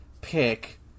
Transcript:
pick